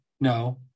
No